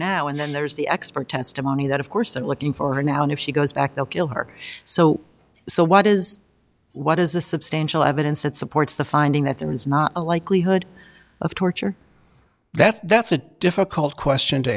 now and then there's the expert testimony that of course i'm looking for her now and if she goes back they'll kill her so so what is what is a substantial evidence that supports the finding that there is not a likelihood of torture that's that's a difficult question to